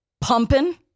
Pumping